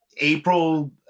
April